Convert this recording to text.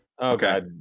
Okay